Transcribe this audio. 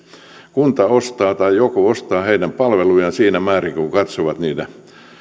kunta ostaa tai joku ostaa heidän palvelujaan siinä määrin kuin katsovat niiden